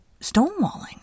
stonewalling